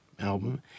album